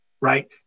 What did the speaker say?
right